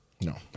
No